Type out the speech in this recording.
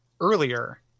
earlier